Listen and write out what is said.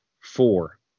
four